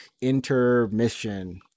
intermission